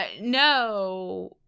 no